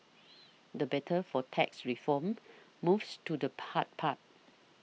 the battle for tax reform moves to the part part